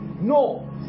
No